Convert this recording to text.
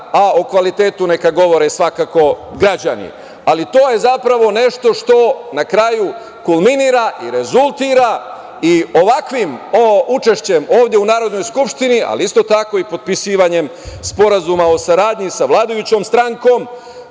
a o kvalitetu neka govore građani. To je zapravo nešto što na kraju kulminira i rezultira i ovakvim učešćem ovde u Narodnoj skupštini, ali isto tako i potpisivanje Sporazuma o saradnji sa vladajućom strankom